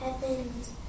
heavens